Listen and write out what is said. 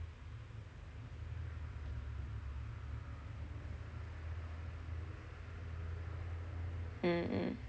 mm mm